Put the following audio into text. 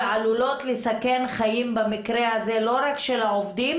ועלולות לסכן חיים במקרה הזה לא רק של העובדים